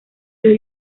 los